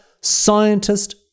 scientist